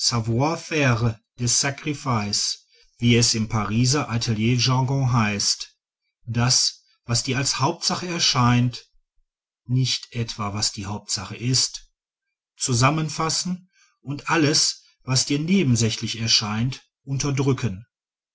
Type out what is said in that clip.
sacrifices wie es im pariser atelier jargon heißt das was dir als hauptsache erscheint nicht etwa was die hauptsache ist zusammenfassen und alles was dir nebensächlich erscheint unterdrücken